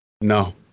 No